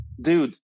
dude